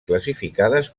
classificades